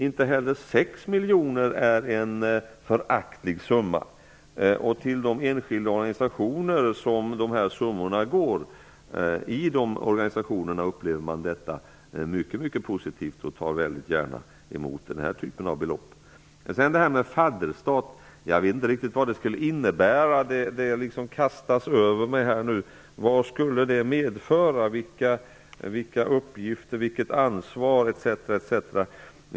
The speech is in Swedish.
Inte heller 6 miljoner är en föraktlig summa. De enskilda organisationerna som får dessa summor upplever detta mycket positivt och tar mycket gärna emot den här typen av belopp. Jag vet inte riktigt vad detta med fadderstat skulle innebära. Det kastas över mig här nu. Vad skulle det medföra? Vilka uppgifter, vilket ansvar etc. skulle det innebära?